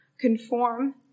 conform